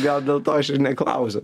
gal dėl to aš ir neklausiu